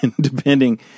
depending